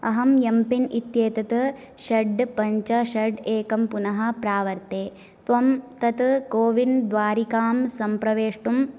अहं यं पिन् इत्येतत् षड् पञ्च षड् एकं पुनः प्रावर्ते त्वं तत् कोविन् द्वारिकां सम्प्रवेष्टुं